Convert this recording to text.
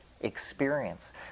Experience